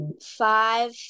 five